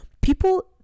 People